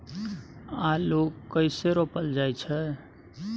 आलू कइसे रोपल जाय छै?